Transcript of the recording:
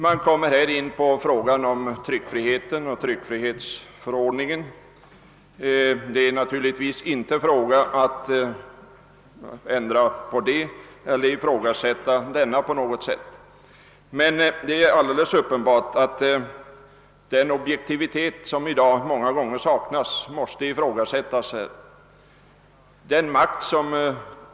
Man kommer här in på frågan om tryckfrihetsförordningen. Naturligtvis är det inte fråga om att ändra eller ifrågasätta denna på något sätt. Det är dock alldeles uppenbart att man kan ifrågasätta objektiviteten hos massmedia — den tycks i dag många gånger saknas.